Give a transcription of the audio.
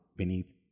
beneath